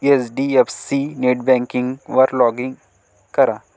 HDFC नेटबँकिंगवर log in करा